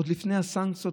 עוד לפני הסנקציות,